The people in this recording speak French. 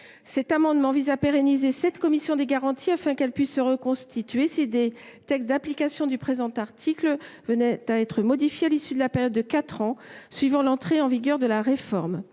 Cet amendement vise à pérenniser cette commission des garanties afin qu’elle puisse se reconstituer si des textes d’application du présent article venaient à être modifiés à l’issue de la période de quatre ans suivant l’entrée en vigueur de la réforme.